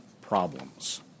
problems